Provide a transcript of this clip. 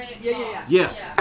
Yes